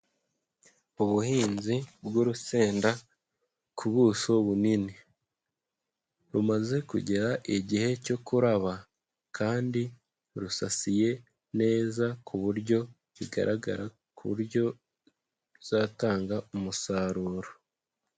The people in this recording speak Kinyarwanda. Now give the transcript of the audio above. Ubuhinzi bw'urusenda ku buso bunini, rumaze kugera igihe cyo kuraba kandi rusasiye neza ku buryo bigaragara ku buryo bizatanga umusaruro.